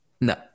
No